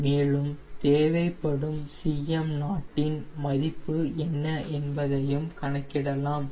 மேலும் தேவைப்படும் Cm0 இன் மதிப்பு என்ன என்பதையும் கணக்கிடலாம்